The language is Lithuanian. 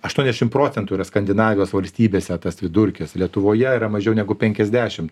aštuoniasdešim procentų yra skandinavijos valstybėse tas vidurkis lietuvoje yra mažiau negu penkiasdešimt